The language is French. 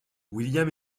william